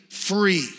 Free